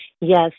Yes